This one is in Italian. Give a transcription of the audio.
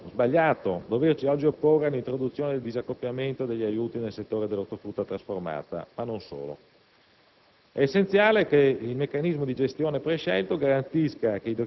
del dopo 2013. Sarebbe fuori luogo, sbagliato opporci oggi all'introduzione del disaccoppiamento degli aiuti nel settore dell'ortofrutta trasformata, ma non solo: